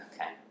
Okay